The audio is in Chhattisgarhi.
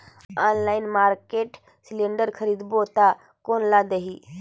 ऑनलाइन मार्केट सिलेंडर खरीदबो ता कोन ला देही?